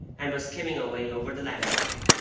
and was skimming away over the landscape,